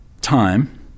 time